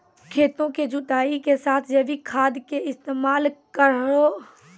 खेतों के जुताई के साथ जैविक खाद के इस्तेमाल करहो ऐकरा से फसल मार नैय होय छै?